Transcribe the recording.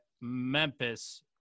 Memphis